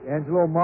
Angelo